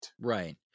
Right